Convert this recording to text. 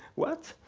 what?